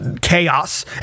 chaos